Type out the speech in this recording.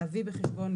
להביא בחשבון,